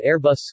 Airbus